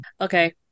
Okay